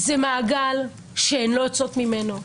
זה מעגל שהן לא יוצאות ממנו,